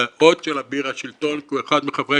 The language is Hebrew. את האות של אביר השלטון כי הוא אחד מחברי